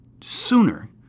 sooner